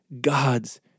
God's